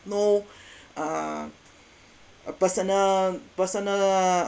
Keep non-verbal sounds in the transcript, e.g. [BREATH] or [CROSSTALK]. no [BREATH] uh a personal personal